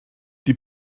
die